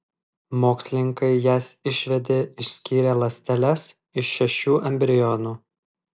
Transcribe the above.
mokslininkai jas išvedė išskyrę ląsteles iš šešių embrionų